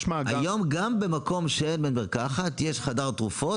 משמע -- היום גם במקום שאין בית מרקחת יש חדר תרופות,